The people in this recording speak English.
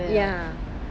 ya